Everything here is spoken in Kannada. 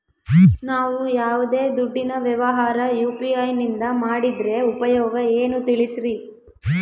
ನಾವು ಯಾವ್ದೇ ದುಡ್ಡಿನ ವ್ಯವಹಾರ ಯು.ಪಿ.ಐ ನಿಂದ ಮಾಡಿದ್ರೆ ಉಪಯೋಗ ಏನು ತಿಳಿಸ್ರಿ?